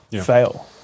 fail